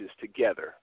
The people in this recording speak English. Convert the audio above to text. together